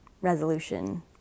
resolution